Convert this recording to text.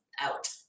out